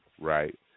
right